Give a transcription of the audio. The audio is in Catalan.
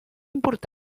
important